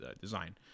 design